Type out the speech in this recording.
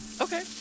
Okay